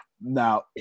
Now